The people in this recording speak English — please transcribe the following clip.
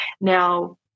Now